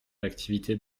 l’activité